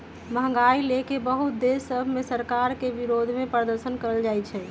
महंगाई लए के बहुते देश सभ में सरकार के विरोधमें प्रदर्शन कएल जाइ छइ